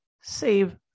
Save